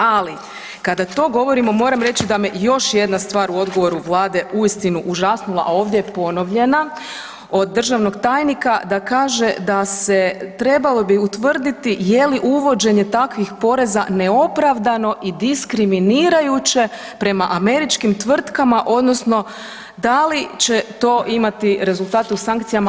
Ali kada to govorimo moram reći da me još jedna stvar u odgovoru Vlade uistinu užasnula, a ovdje je ponovljena od državnog tajnika da kaže da se trebalo bi utvrditi je li uvođenje takvih poreza neopravdano i diskriminirajuće prema američkim tvrtkama odnosno da li će to imati rezultate u sankcijama.